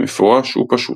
"מפורש" ו"פשוט".